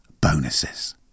bonuses